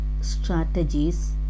strategies